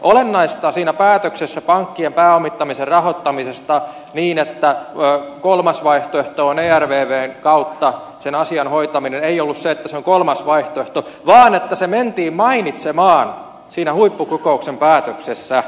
olennaista siinä päätöksessä pankkien pääomittamisen rahoittamisesta niin että kolmas vaihtoehto on ervvn kautta sen asian hoitaminen ei ollut se että se on kolmas vaihtoehto vaan se että se mentiin mainitsemaan siinä huippukokouksen päätöksessä